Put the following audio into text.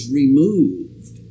removed